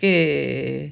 की